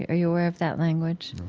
are you aware of that language?